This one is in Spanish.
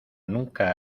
nunca